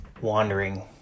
wandering